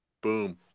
Boom